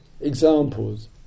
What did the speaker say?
examples